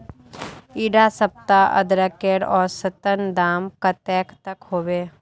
इडा सप्ताह अदरकेर औसतन दाम कतेक तक होबे?